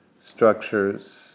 structures